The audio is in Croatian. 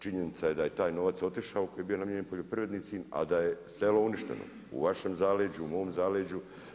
Činjenica je da je taj novac otišao koji je bio namijenjen poljoprivrednicima a da je selo uništeno u vašem zaleđu, u mom zaleđu.